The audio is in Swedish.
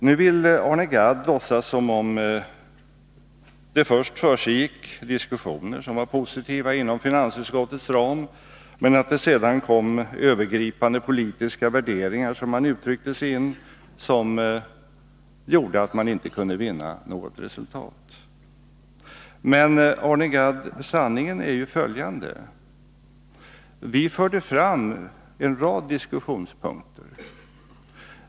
Nu vill Arne Gadd låtsas som om det först försiggick diskussioner, som var positiva, inom finansutskottets ram, men att det sedan kom in ”övergripande politiska värderingar”, som han uttryckte sig, vilka gjorde att man inte kunde vinna något resultat. Sanningen är ju följande, Arne Gadd: Vi förde fram en rad diskussionspunkter.